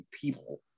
people